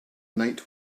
night